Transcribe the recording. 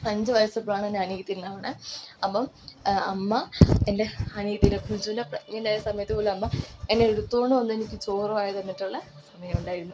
അഞ്ച് വയസ്സ് പ്രയാകുമ്പോഴാണ് അനിയത്തി ഉണ്ടാവണേ അപ്പോൾ അമ്മ എൻ്റെ അനിയത്തീനെ പ്രിജുനെ പ്രഗ്നെൻറ്റായ സമയത്തു പോലും അമ്മ എന്നെ എടുത്തോണ്ട് നടന്ന് എനിക്ക് ചോറ് വാരി തന്നിട്ടുള്ള സമയം ഉണ്ടായിരുന്നു